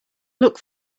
look